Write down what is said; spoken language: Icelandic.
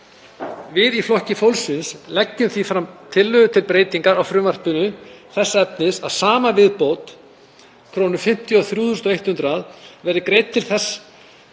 Við í Flokki fólksins leggjum því fram tillögu til breytinga á frumvarpinu þess efnis að sama viðbót, 53.100 kr., verði greidd til þess